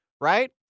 right